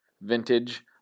vintage